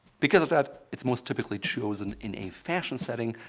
because of that, it's most typically chosen in a fashion setting.